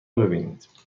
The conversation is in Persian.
ببینید